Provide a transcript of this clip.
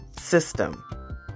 system